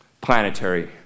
planetary